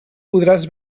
podràs